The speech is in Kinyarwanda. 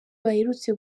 baherutse